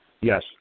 Yes